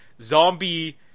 zombie